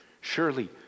Surely